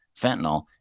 fentanyl